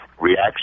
reaction